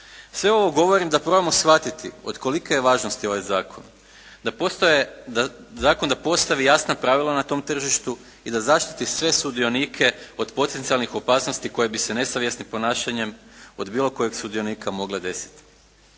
Sve ovo govorim da probamo shvatiti od kolike je važnosti ovaj zakon, da postavi jasna pravila na tom tržištu i da zaštiti sve sudionike od potencijalnih opasnosti koje bi se nesavjesnim ponašanjem od bilo kojeg sudionika mogle desiti.